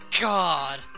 God